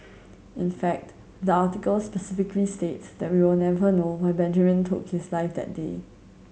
in fact the article specifically states that we will never know why Benjamin took his life that day